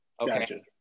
Okay